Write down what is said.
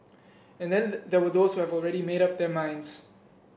and then there were those who have already made up their minds